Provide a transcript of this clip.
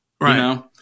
Right